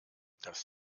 das